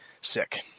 sick